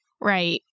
Right